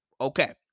Okay